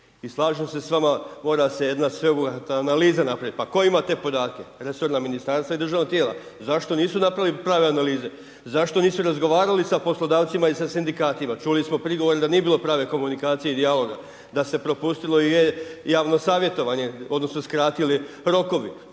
I slažem se s vama, mora se jedna sveobuhvatna analiza napraviti. Pa tko ima te podatke? Resorna ministarstva i državna tijela zašto nisu napravili prave analize? Zašto nisu razgovarali sa poslodavcima i sa sindikatima? Čuli smo prigovor da nije bilo prave komunikacije i dijaloga, da se propustilo javno savjetovanje odnosno skratili rokovi